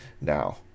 now